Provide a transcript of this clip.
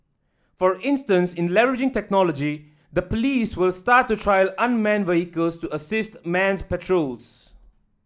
for instance in leveraging technology the police will start to trial unmanned vehicles to assist man's patrols